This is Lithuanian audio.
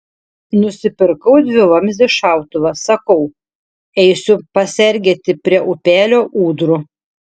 nusipirkau dvivamzdį šautuvą sakau eisiu pasergėti prie upelio ūdrų